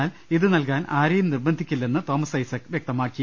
എന്നാൽ ഇതു നൽകാൻ ആരെയും നിർബന്ധിക്കില്ലെന്ന് തോമസ് ഐസക് വ്യക്തമാക്കി